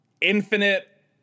infinite